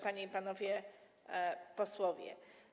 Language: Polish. Panie i Panowie Posłowie!